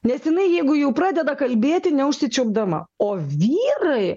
nes jinai jeigu jau pradeda kalbėti neužsičiaupdama o vyrai